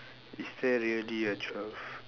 is there really a twelfth